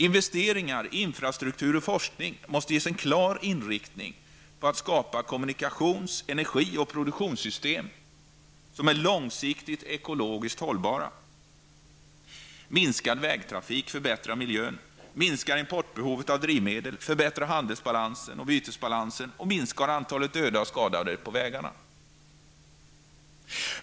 Investeringar i infrastruktur och forskning måste ges en klar inriktning på att skapa kommunikations-, energi och produktionssystem som är långsiktigt ekologiskt hållbara. Minskad vägtrafik förbättrar miljön, minskar behovet av import av drivmedel, förbättrar handelsbalansen och bytesbalansen samt minskar antalet dödade och skadade på vägarna.